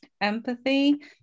empathy